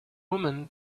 women